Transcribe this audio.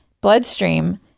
bloodstream